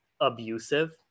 abusive